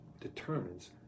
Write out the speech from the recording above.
determines